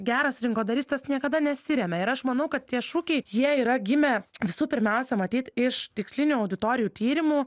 geras rinkodaristas niekada nesiremia ir aš manau kad tie šūkiai jie yra gimę visų pirmiausia matyt iš tikslinių auditorijų tyrimų